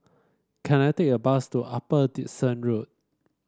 can I take a bus to Upper Dickson Road